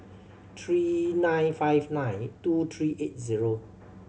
three nine five nine two three eight zero